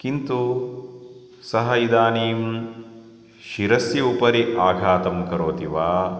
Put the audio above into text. किन्तु सः इदानीं शिरस्य उपरि आघातं करोति वा